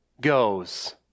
goes